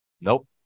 Nope